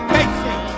Casey